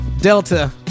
Delta